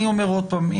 אני אומר שוב שאני